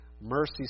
mercy